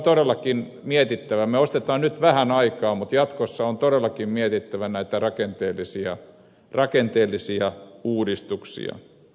no me ostamme nyt vähän aikaa mutta jatkossa on todellakin mietittävä näitä rakenteellisia uudistuksia